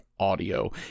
audio